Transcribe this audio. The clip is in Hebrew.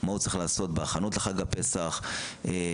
מה הוא צריך לעשות בהכנות לחג הפסח ואיך